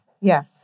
Yes